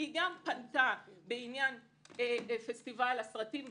היא גם פנתה בעניין פסטיבל הסרטים בחיפה,